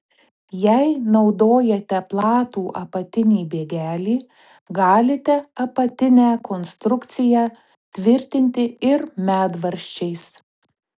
jei naudojate platų apatinį bėgelį galite apatinę konstrukciją tvirtinti ir medvaržčiais